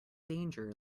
danger